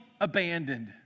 abandoned